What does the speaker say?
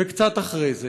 וקצת אחרי זה,